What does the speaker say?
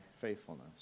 Faithfulness